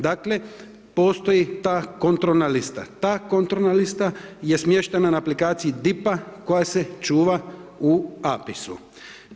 Dakle, postoji ta kontrolna lista, ta kontrolna lista je smještena na aplikaciji DIP-a koja se čuva u APIS-u.